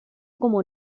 como